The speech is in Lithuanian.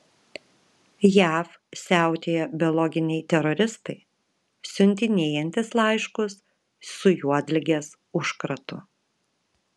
jav siautėja biologiniai teroristai siuntinėjantys laiškus su juodligės užkratu